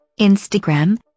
Instagram